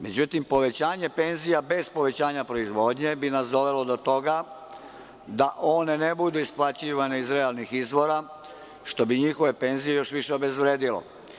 Međutim, povećanje penzija bez povećanja proizvodnje bi nas dovelo do toga da one ne budu isplaćivane iz realnih izvora, što bi njihove penzije još više obezvredilo.